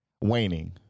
Waning